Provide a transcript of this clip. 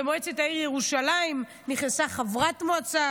במועצת העיר ירושלים נכנסה חברת מועצה